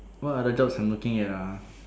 what other jobs I'm looking at ah